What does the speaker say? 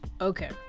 okay